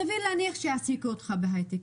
סביר להניח שיעסיקו אותך בהייטק.